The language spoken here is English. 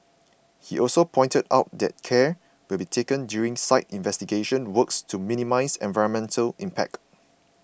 he also pointed out that care will be taken during site investigation works to minimise environmental impact